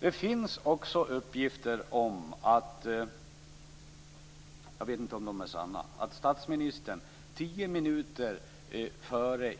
Vidare finns det uppgifter - jag vet inte om de är sanna - om att statsministern tio minuter